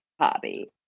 hobby